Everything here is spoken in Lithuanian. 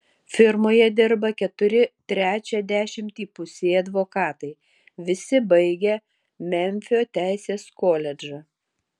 firmoje dirba keturi trečią dešimtį įpusėję advokatai visi baigę memfio teisės koledžą